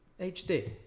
HD